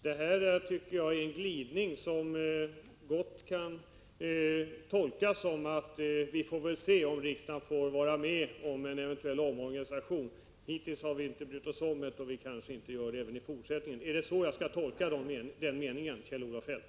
Det här tycker jag är en glidning som mycket väl kan tolkas som att vi väl får se om riksdagen får vara med när det gäller en eventuell omorganisation. Hittills har vi inte brytt oss om det, och det gör vi kanske inte i fortsättningen heller. Är det så jag skall tolka den sista meningen i svaret?